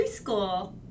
preschool